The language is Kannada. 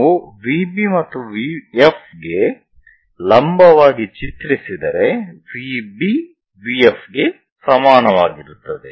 ನಾವು VB ಮತ್ತು VF ಗೆ ಲಂಬವಾಗಿ ಚಿತ್ರಿಸಿದರೆ VBVF ಗೆ ಸಮಾನವಾಗಿರುತ್ತದೆ